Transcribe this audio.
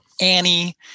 Annie